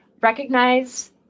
recognize